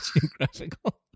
geographical